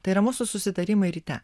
tai yra mūsų susitarimai ryte